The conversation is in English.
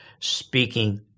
speaking